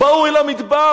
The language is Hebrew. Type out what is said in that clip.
באו אל המדבר,